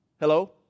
Hello